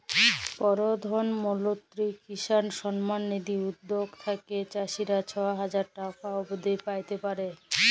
পরধাল মলত্রি কিসাল সম্মাল লিধি উদ্যগ থ্যাইকে চাষীরা ছ হাজার টাকা অব্দি প্যাইতে পারে